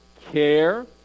care